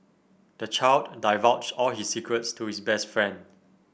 the child divulged all his secrets to his best friend